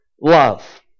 love